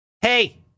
Hey